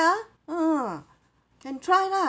ah uh can try lah